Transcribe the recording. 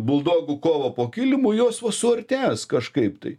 buldogų kova po kilimu jos vo suartės kažkaip tai